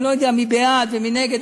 אני לא יודע מי בעד ומי נגד.